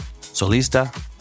Solista